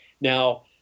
Now